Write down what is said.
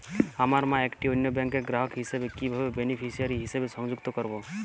আমার মা একটি অন্য ব্যাংকের গ্রাহক হিসেবে কীভাবে বেনিফিসিয়ারি হিসেবে সংযুক্ত করব?